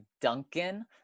duncan